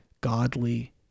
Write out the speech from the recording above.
godly